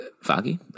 Foggy